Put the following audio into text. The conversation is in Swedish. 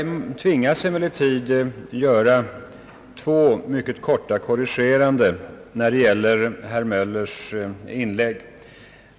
Jag tvingas emellertid göra två mycket korta korrigeringar när det gäller herr Möllers inlägg.